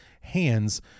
hands